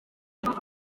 rwanda